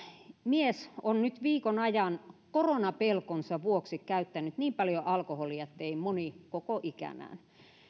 mies on nyt viikon ajan koronapelkonsa vuoksi käyttänyt niin paljon alkoholia ettei moni koko ikänään